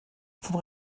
vom